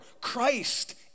Christ